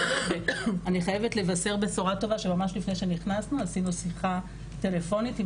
ואני חייבת לבשר בשורה טובה שממש לפני שנכנסנו עשינו שיחה טלפונית עם